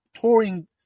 touring